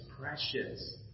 precious